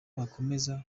bakomeza